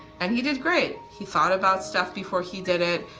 and he did great. he thought about stuff before he did it,